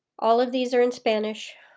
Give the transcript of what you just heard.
all of these are in spanish.